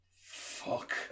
Fuck